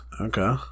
Okay